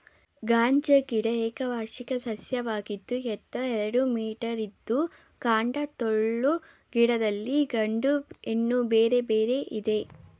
ಗಾಂಜಾ ಗಿಡ ಏಕವಾರ್ಷಿಕ ಸಸ್ಯವಾಗಿದ್ದು ಎತ್ತರ ಎರಡು ಮೀಟರಿದ್ದು ಕಾಂಡ ಟೊಳ್ಳು ಗಿಡದಲ್ಲಿ ಗಂಡು ಹೆಣ್ಣು ಬೇರೆ ಬೇರೆ ಇದೆ